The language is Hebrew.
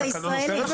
התקנון אוסר את זה?